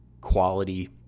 quality